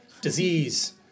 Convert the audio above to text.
disease